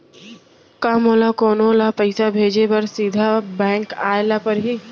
का मोला कोनो ल पइसा भेजे बर सीधा बैंक जाय ला परही?